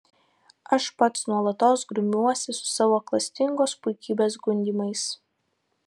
aš pats nuolatos grumiuosi su savo klastingos puikybės gundymais